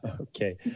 Okay